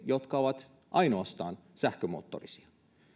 jotka ovat ainoastaan sähkömoottorisia